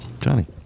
Johnny